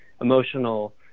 emotional